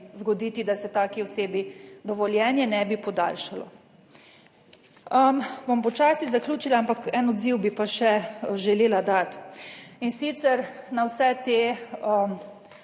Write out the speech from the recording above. zgoditi, da se taki osebi dovoljenje ne bi podaljšalo. Bom počasi zaključila, ampak en odziv bi pa še želela dati, in sicer, na vse te